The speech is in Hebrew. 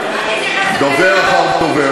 באמת.